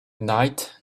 night